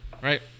Right